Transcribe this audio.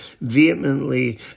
vehemently